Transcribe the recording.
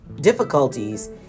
difficulties